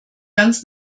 ganz